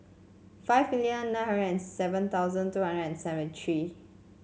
five million nine hundred seven thousand two hundred and seventy tree